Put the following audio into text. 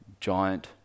giant